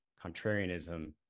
contrarianism